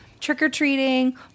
trick-or-treating